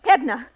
Edna